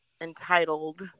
entitled